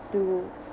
to